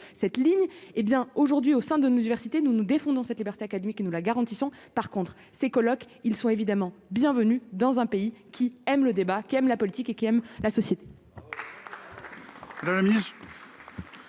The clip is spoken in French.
cette ligne, hé bien, aujourd'hui, au sein de nos diversités, nous nous défendons cette liberté académique nous la garantissons par contre ces colloques, ils sont évidemment bienvenus dans un pays qui aime le débat, qui aime la politique, et qui aime la société.